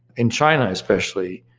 in china especially,